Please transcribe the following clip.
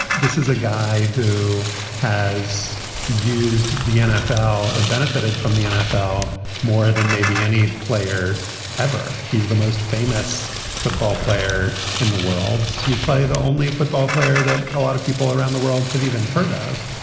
this is a guy who has used the nfl or benefited from the nfl more than maybe any player ever. he's the most famous football player in the world. he's probably the only a football player that a lot of people around the world have even heard of.